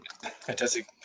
fantastic